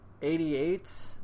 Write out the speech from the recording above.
88